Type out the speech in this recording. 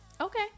Okay